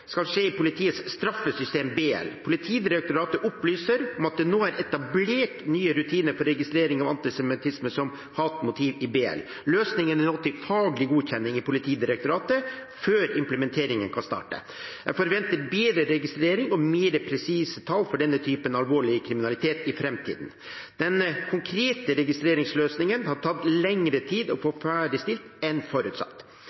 skal skje, skal skje i politiets straffesakssystem, BL. Politidirektoratet opplyser at det nå er etablert nye rutiner for registrering av antisemittisme som hatmotiv i BL. Løsningen er nå til faglig godkjenning i Politidirektoratet før implementeringen kan starte. Jeg forventer bedre registrering og mer presise tall for denne typen alvorlig kriminalitet i framtiden. Den konkrete registreringsløsningen har tatt lengre tid å